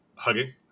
Hugging